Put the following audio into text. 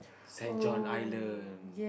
saint john Island